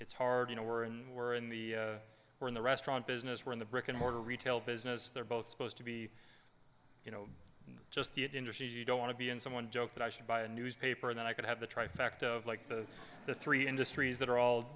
it's hard you know we're in we're in the we're in the restaurant business we're in the brick and mortar retail business they're both supposed to be you know just hit industries you don't want to be in someone joked that i should buy a newspaper then i could have the trifecta of like the the three industries that are all